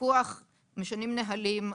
משנים נהלים,